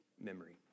memory